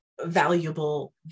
valuable